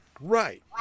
Right